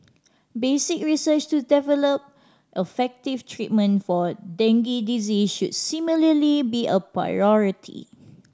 basic research to develop effective treatment for dengue disease should similarly be a priority